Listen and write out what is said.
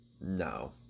No